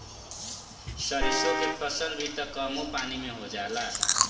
सरिसो के फसल भी त कमो पानी में हो जाला